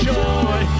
joy